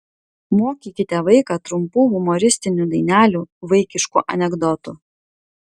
mokykite vaiką trumpų humoristinių dainelių vaikiškų anekdotų